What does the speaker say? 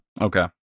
Okay